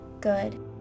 good